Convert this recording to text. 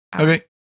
Okay